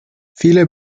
viele